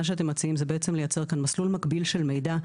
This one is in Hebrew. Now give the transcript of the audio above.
מה שאתם מציעים זה בעצם לייצר כאן מסלול מקביל למידע,